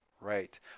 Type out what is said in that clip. Right